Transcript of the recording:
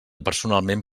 personalment